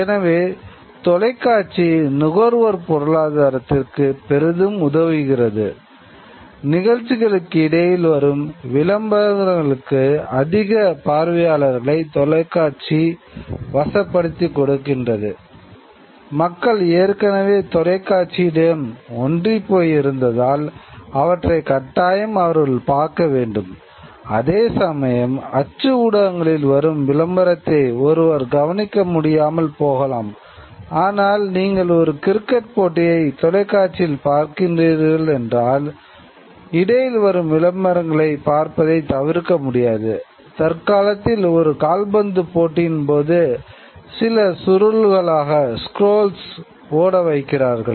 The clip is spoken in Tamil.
எனவே தொலைக்காட்சி ஓட வைக்கிறார்கள்